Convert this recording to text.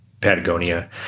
Patagonia